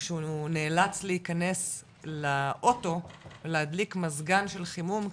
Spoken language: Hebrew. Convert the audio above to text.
ושהוא נאלץ להיכנס לאוטו ולהדליק מזגן של חימום,